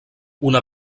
una